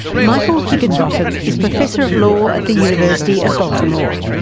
michael higginbotham is professor of law at the university of baltimore.